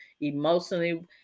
emotionally